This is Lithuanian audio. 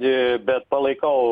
bet palaikau